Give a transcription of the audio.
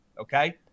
okay